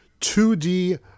2D